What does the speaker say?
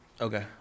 Okay